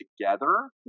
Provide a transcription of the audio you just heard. together